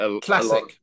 classic